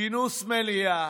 כינוס מליאה,